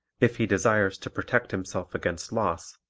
if he desires to protect himself against loss,